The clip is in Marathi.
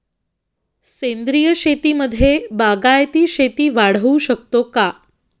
सेंद्रिय शेतीमध्ये बागायती शेती वाढवू शकतो का?